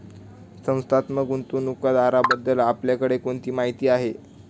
संस्थात्मक गुंतवणूकदाराबद्दल आपल्याकडे कोणती माहिती आहे?